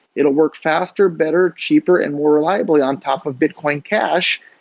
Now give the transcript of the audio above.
it will work faster, better, cheaper and more reliably on top of bitcoin cash,